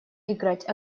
играть